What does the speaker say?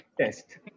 test